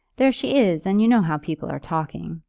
there she is, and you know how people are talking.